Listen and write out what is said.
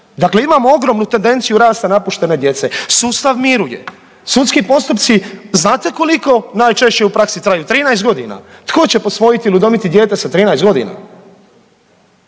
dakle imamo ogromnu tendenciju rasta napuštene djece. Sustav miruje. Sudski postupci znate koliko najčešće u praksi traju? 13 godina. Tko će posvojiti ili udomiti dijete sa 13 godina?